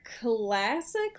classic